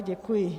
Děkuji.